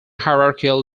hierarchical